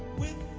with